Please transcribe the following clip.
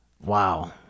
Wow